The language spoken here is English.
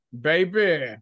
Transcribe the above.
baby